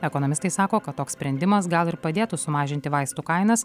ekonomistai sako kad toks sprendimas gal ir padėtų sumažinti vaistų kainas